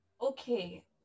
Okay